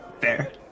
Fair